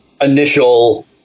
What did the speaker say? initial